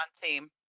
team